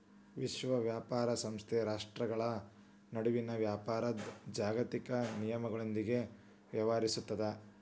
ವಿಶ್ವ ವ್ಯಾಪಾರ ಸಂಸ್ಥೆ ರಾಷ್ಟ್ರ್ಗಳ ನಡುವಿನ ವ್ಯಾಪಾರದ್ ಜಾಗತಿಕ ನಿಯಮಗಳೊಂದಿಗ ವ್ಯವಹರಿಸುತ್ತದ